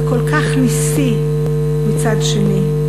וכל כך נסי מצד שני.